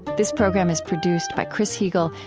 this program is produced by chris heagle,